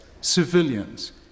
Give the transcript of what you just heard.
civilians